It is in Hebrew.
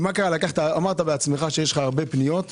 אמרת שיש הרבה פניות חשובות,